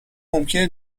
ممکنه